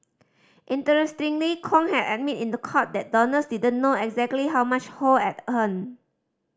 interestingly Kong had admitted in the court that donors did not know exactly how much Ho had